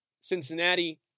Cincinnati